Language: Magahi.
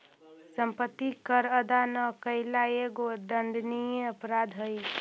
सम्पत्ति कर अदा न कैला एगो दण्डनीय अपराध हई